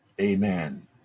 amen